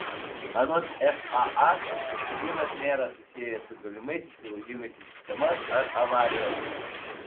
anot faa gedimas nėra susijęs su galimais įsilaužimais į sistemas ar avarijomis